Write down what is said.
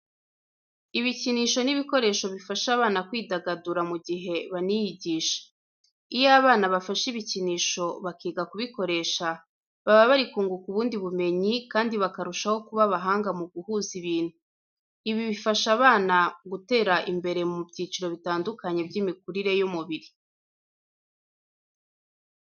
Ibikinisho n'ibikoresho bifasha abana kwidagadura mu gihe baniyigisha. Iyo abana bafashe ibikinisho bakiga kubikoresha, baba bari kunguka ubundi bumenyi kandi bakarushaho kuba abahanga mu guhuza ibintu. Ibi bifasha abana gutera imbere mu byiciro bitandukanye by'imikurire y'umubiri.